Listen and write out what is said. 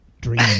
Dream